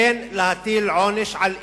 אין להטיל עונש על אמו,